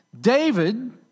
David